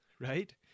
right